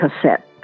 cassette